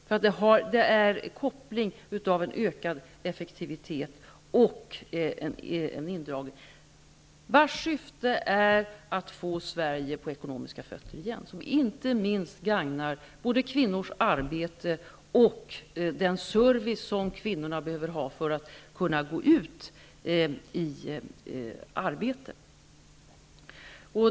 Det är en koppling mellan ökad effektivitet och indragningen av pengar, vars syfte är att få Sverige ekonomiskt på fötter igen, vilket inte minst gagnar både kvinnors arbete och den service som kvinnorna behöver ha för att kunna gå ut i arbete.